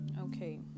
okay